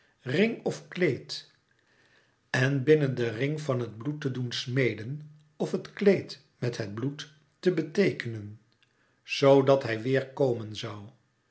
ring of kleed en binnen den ring van het bloed te doen smeden of het kleed met het bloed te beteekenen zoo dat hij weêr komen zoû